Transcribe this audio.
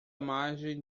margem